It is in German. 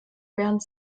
während